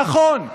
נכון,